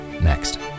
next